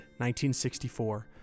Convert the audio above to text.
1964